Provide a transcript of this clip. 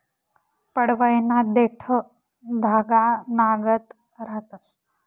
पडवयना देठं धागानागत रहातंस